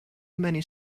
many